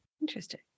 Interesting